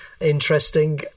interesting